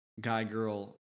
guy-girl